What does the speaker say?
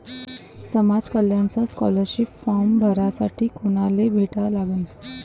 समाज कल्याणचा scholarship form भरासाठी कुनाले भेटा लागन?